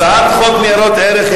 הצעת חוק ניירות ערך,